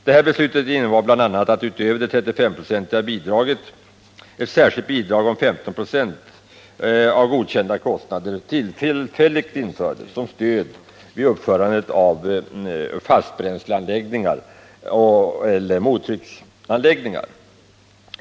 Det beslutet innebar bl.a. att — utöver det 35-procentiga bidraget — ett särskilt bidrag om 15 96 av godkända kostnader tillfälligt infördes som stöd vid uppförande av fastbränsleanläggning eller mottrycksanläggning.